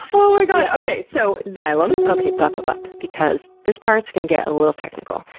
oh my god. okay, so, xylem, okay, buckle up, because this part's gonna get a little technical,